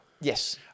Yes